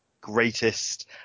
greatest